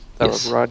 yes